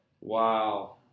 Wow